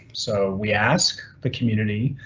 so we ask the community,